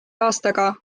aastaga